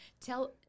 Tell